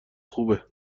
خوبه